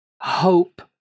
hope